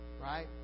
Right